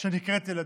שנקראת ילדים.